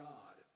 God